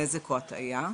נזק או הטעיה.